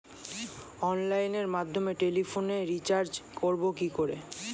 অনলাইনের মাধ্যমে টেলিফোনে রিচার্জ করব কি করে?